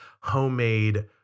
homemade